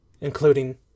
including